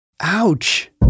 Ouch